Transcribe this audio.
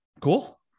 Cool